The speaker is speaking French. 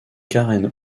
karen